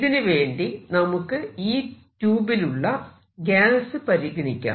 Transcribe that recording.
ഇതിനു വേണ്ടി നമുക്ക് ഈ ട്യൂബിലുള്ള ഗ്യാസ് പരിഗണിക്കാം